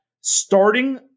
starting